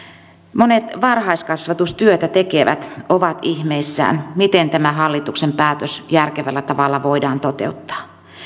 monet varhaiskasvatustyötä tekevät ovat ihmeissään miten tämä hallituksen päätös järkevällä tavalla voidaan toteuttaa